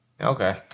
Okay